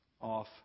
off